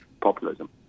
populism